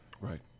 Right